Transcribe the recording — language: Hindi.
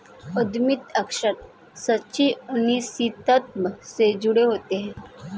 उद्यमिता अक्सर सच्ची अनिश्चितता से जुड़ी होती है